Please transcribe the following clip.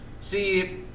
See